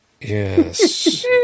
Yes